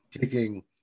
taking